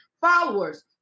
followers